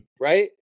right